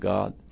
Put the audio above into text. God